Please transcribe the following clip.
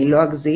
אני לא אגזים,